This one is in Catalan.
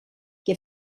què